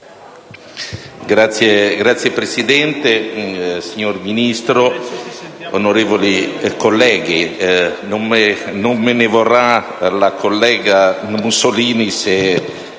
Signor Presidente, signora Ministro, onorevoli colleghe, non me ne vorrà la collega Mussolini se